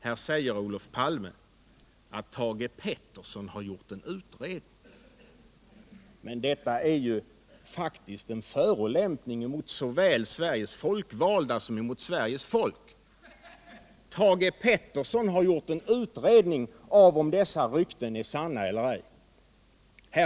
Här säger Olof Palme att Thage Peterson gjort en utredning av om dessa rykten är sanna eller ej. Men det är ju faktiskt en förolämpning mot såväl Sveriges folkvalda som Sveriges folk.